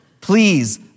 please